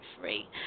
free